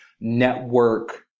network